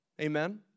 Amen